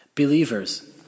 Believers